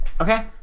Okay